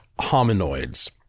Hominoids